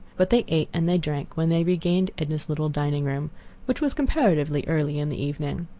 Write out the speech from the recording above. but they ate and they drank when they regained edna's little dining-room which was comparatively early in the evening.